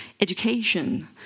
education